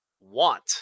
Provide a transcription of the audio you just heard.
want